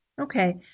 Okay